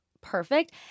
perfect